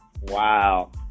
Wow